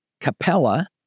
capella